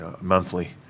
monthly